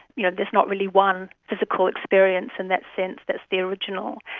you know there's not really one physical experience in that sense that is the original.